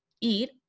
eat